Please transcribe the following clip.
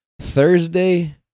thursday